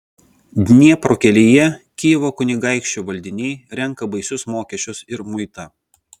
dniepro kelyje kijevo kunigaikščio valdiniai renka baisius mokesčius ir muitą